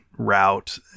route